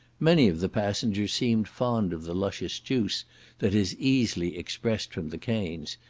many of the passengers seemed fond of the luscious juice that is easily expressed from the canes,